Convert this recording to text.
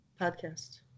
podcast